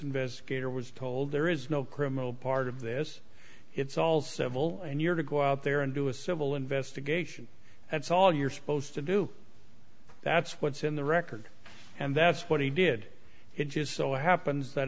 investigator was told there is no criminal part of this it's all civil and you're to go out there and do a civil investigation that's all you're supposed to do that's what's in the record and that's what he did it just so happens that